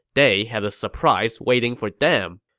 they had a surprise waiting for them.